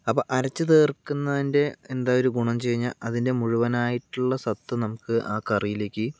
അപ്പോൾ അരച്ച് ചേർക്കുന്നതിൻ്റെ എന്താ ഒരു ഗുണം എന്ന് വെച്ച് കഴിഞ്ഞാൽ അതിൻ്റെ മുഴുവനായിട്ടുള്ള സത്ത് നമുക്ക് ആ കറിയിലേക്ക്